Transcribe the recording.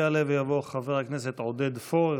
יעלה ויבוא חבר הכנסת עודד פורר,